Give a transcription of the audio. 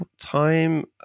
time